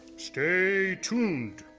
stay tuned